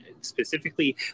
specifically